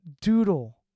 Doodle